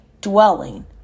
dwelling